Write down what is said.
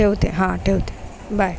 ठेवते हां ठेवते बाय